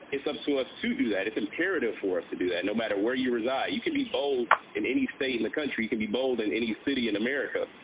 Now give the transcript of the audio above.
it's up um to us to do that. it's imperative for us to do that no matter where you reside. you can be bold in any state in the country. you can be bold in any city in america.